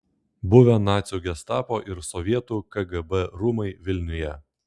buvę nacių gestapo ir sovietų kgb rūmai vilniuje